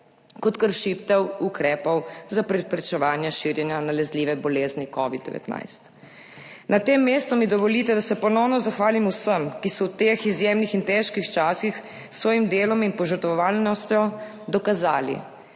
kot kršitev ukrepov za preprečevanje širjenja nalezljive bolezni covid-19. Na tem mestu mi dovolite, da se ponovno zahvalim vsem, ki so v teh izjemnih in težkih časih s svojim delom in požrtvovalnostjo dokazali,